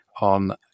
on